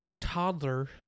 toddler